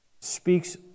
speaks